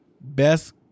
best